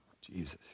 Jesus